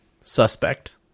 Suspect